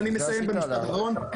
אני מסיים במשפט אחרון.